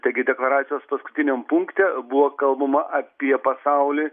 taigi deklaracijos paskutiniam punkte buvo kalbama apie pasaulį